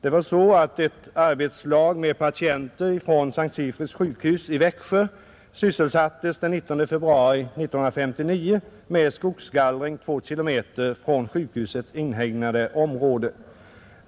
Ett arbetslag med patienter från S:t Sigfrids sjukhus i Växjö sysselsattes den 19 februari 1959 med skogsgallring 2 kilometer från sjukhusets inhägnade område.